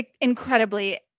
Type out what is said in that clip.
Incredibly